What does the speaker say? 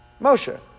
Moshe